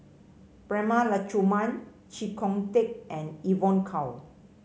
Prema Letchumanan Chee Kong Tet and Evon Kow